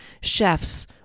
chefs